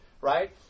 Right